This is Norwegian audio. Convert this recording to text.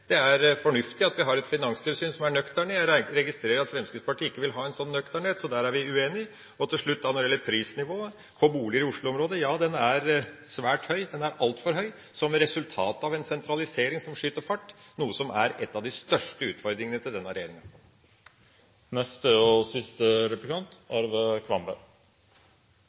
Det er fornuftig at vi har et finanstilsyn som er nøkternt. Jeg registrerer at Fremskrittspartiet ikke vil ha en sånn nøkternhet, så der er vi uenige. Og til slutt, når det gjelder prisnivået på boliger i Oslo-området: Ja, det er høyt. Det er altfor høyt, som resultat av en sentralisering som skyter fart, noe som er en av de største utfordringene til denne regjeringa. Jeg vil tilbake til dette egenkapitalkravet, som Høyre – under tvil – har støttet regjeringen